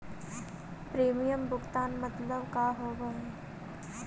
Premium भुगतान मतलब का होव हइ?